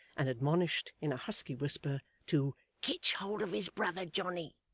and admonished, in a husky whisper, to kitch hold of his brother johnny